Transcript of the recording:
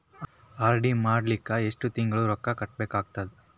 RD ಮಾಡಲಿಕ್ಕ ಎಷ್ಟು ತಿಂಗಳ ರೊಕ್ಕ ಕಟ್ಟಬೇಕಾಗತದ?